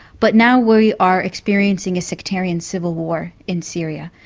but now we are experiencing a sectarian civil war in syria,